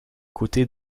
côté